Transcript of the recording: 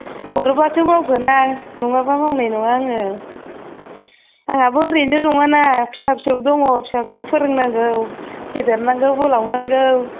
हरबासो मावगोन आं नङाबा मावनाय नङा आङो आंहाबो ओरैनो नङाना फिसा फिसौ दङ फिसा फिसौ फोरोंनांगौ फेदेरनांगौ फोलावनांगौ